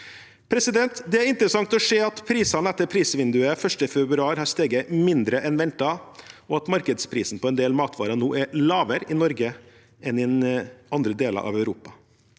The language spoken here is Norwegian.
av spill. Det er interessant å se at prisene etter prisvinduet 1. februar har steget mindre enn ventet, og at markedsprisen på en del matvarer nå er lavere i Norge enn i andre deler av Europa.